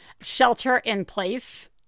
shelter-in-place